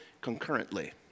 concurrently